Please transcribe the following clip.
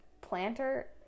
planter